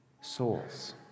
souls